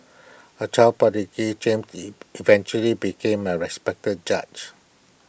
A child prodigy James eventually became A respected judge